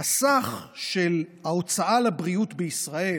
כשהסך של ההוצאה על הבריאות בישראל